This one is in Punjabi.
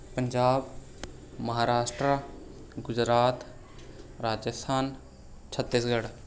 ਪੰਜਾਬ ਮਹਾਰਾਸ਼ਟਰਾ ਗੁਜਰਾਤ ਰਾਜਸਥਾਨ ਛੱਤੀਸਗੜ੍ਹ